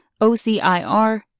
OCIR